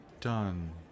done